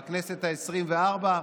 בכנסת העשרים-וארבע,